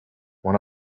one